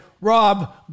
Rob